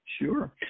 Sure